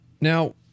now